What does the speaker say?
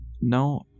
No